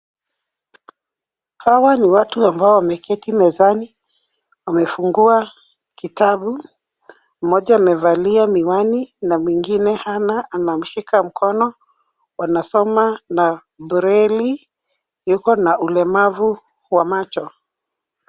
Hawa ni watu ambao wameketi mezani. Wamefungua kitabu. Mmoja amevalia miwani na mwingine hana. Anamshika mkono. Wanasomaa na breli. Yuko na ulemavu wa macho.